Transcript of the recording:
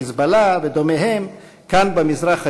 "חיזבאללה" ודומיהם כאן במזרח התיכון,